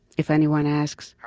if anyone asks,